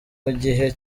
bagiye